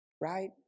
Right